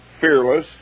fearless